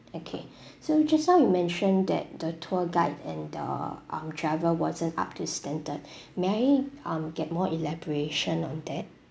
okay so just now you mentioned that the tour guide and the um driver wasn't up to standard may I um get more elaboration on that